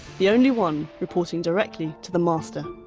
the only one reporting directly to the master.